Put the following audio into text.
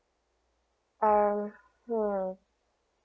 ah hmm